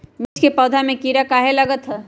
मिर्च के पौधा में किरा कहे लगतहै?